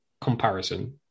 comparison